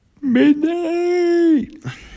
midnight